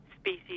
species